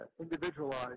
individualized